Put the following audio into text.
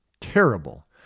Terrible